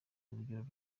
urugero